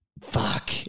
fuck